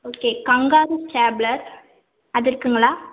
okay kangaroo stapler அது இருக்குதுங்களா